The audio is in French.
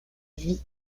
vie